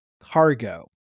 cargo